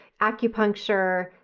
Acupuncture